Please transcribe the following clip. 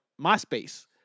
MySpace